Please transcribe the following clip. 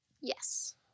Yes